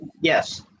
Yes